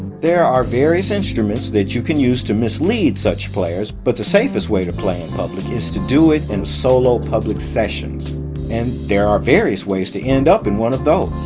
there are various instruments that you can use to mislead such players, but the safest way to play in public is to do it in a solo public session and there are various ways to end up in one of those.